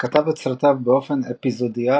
וכתב את סרטיו באופן אפיזודיאלי,